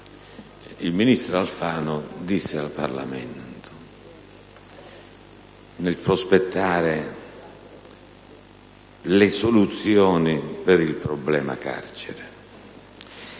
il ministro Alfano disse al Parlamento nel prospettare le soluzioni per il problema carcere.